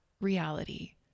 reality